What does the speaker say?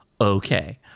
okay